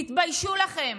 תתביישו לכם.